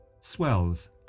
swells